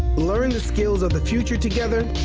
learn the skills of the future together,